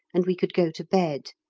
and we could go to bed.